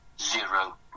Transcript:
zero